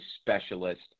specialist